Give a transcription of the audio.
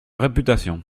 réputation